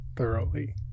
thoroughly